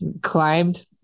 climbed